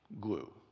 glue